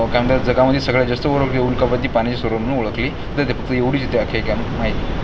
काय म्हणतात जगामधे सगळ्यात जास्त ओरोक उल्कापाती पाण्याचे सरोवर म्हणून ओळखले जाते फक्त एवढीच इथे आख्यायिका माहिती आहे